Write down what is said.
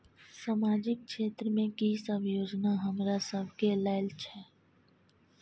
सामाजिक क्षेत्र में की सब योजना हमरा सब के लेल छै?